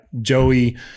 Joey